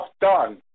done